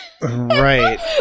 Right